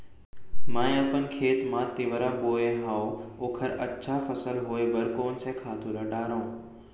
मैं अपन खेत मा तिंवरा बोये हव ओखर अच्छा फसल होये बर कोन से खातू ला डारव?